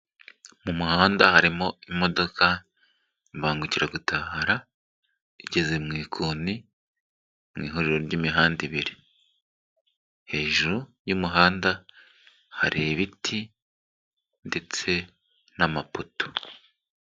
Mu muhanda harimo imodoka, imbangukiragutabara igeze mu ikoni mu ihuriro ry'imihanda ibiri, hejuru y'umuhanda hari ibiti ndetse n'amapoto.